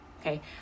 Okay